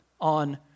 on